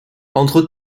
entre